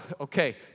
okay